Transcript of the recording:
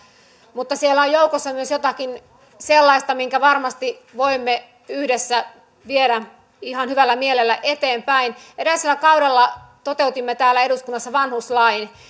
mutta siellä on joukossa myös jotakin sellaista minkä varmasti voimme yhdessä viedä ihan hyvällä mielellä eteenpäin edellisellä kaudella toteutimme täällä eduskunnassa vanhuslain